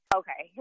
okay